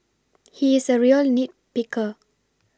he is a real nit picker